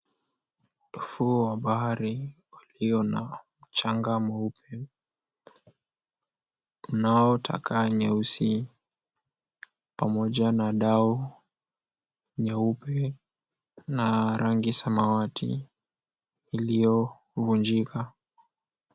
Ufuo wa bahari ulio na mchanga mweupe, kunao taka nyeusi pamoja na dau nyeupe na rangi samawati iliyovunjika.